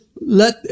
let